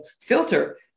filter